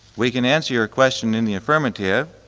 we can answer your question in the affirmative.